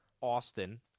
Austin